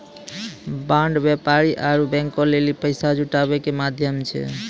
bond व्यापारी आरु बैंको लेली पैसा जुटाबै के माध्यम छै